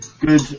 good